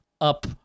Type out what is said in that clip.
up